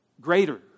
greater